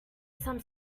some